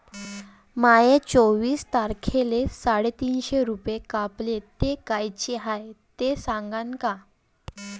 माये चोवीस तारखेले साडेतीनशे रूपे कापले, ते कायचे हाय ते सांगान का?